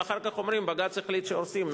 ואחר כך אומרים: בג"ץ החליט שהורסים,